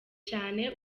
cyane